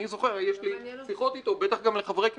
אני זוכר, יש לי שיחות איתו, בטח גם לחברי כנסת,